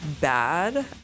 bad